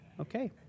Okay